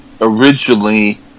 originally